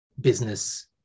business